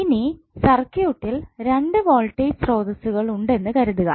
ഇനി സർക്യൂട്ടിൽ രണ്ട് വോൾട്ടേജ് സ്രോതസ്സുകൾ ഉണ്ടെന്ന് കരുതുക